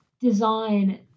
design